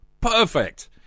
Perfect